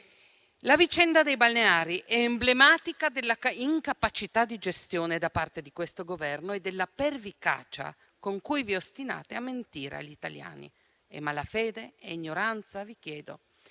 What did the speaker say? La vicenda dei balneari è emblematica dell'incapacità di gestione da parte di questo Governo e della pervicacia con cui vi ostinate a mentire agli italiani. Vi chiedo